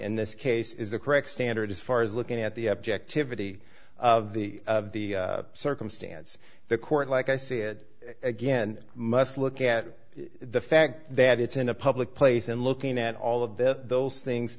in this case is the correct standard as far as looking at the objectivity of the of the circumstance the court like i said again must look at the fact that it's in a public place and looking at all of this those things